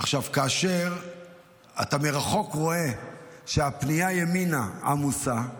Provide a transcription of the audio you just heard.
עכשיו, כאשר אתה רואה מרחוק שהפנייה ימינה עמוסה,